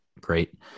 great